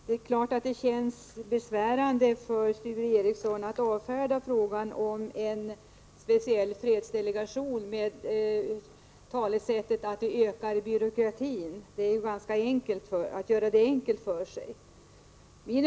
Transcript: Herr talman! Det måste kännas besvärande för Sture Ericson att avfärda frågan om en speciell fredsdelegation med hänvisning till att en sådan ökar byråkratin. Det är att göra det enkelt för sig.